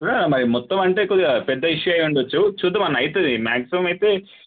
చూడాలి మరి మొత్తం అంటే కొద్దిగా పెద్ద ఇష్యూ అయి ఉండవచ్చు చూద్దాము అన్న అవుతుంది మ్యాక్జిమం అయితే